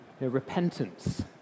Repentance